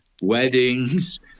weddings